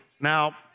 Now